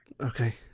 Okay